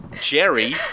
Jerry